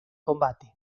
combate